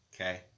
Okay